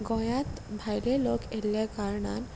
गोंयांत भायले लोक येयल्ल्या कारणान